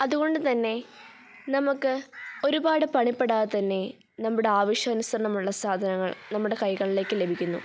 അതുകൊണ്ട് തന്നെ നമുക്ക് ഒരുപാട് പണിപ്പെടാതെ തന്നെ നമ്മുടെ ആവശ്യാനുസരണമുള്ള സാധനങ്ങൾ നമ്മുടെ കൈകളിലേക്ക് ലഭിക്കുന്നു